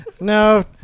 No